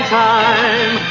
time